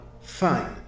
Fine